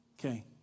okay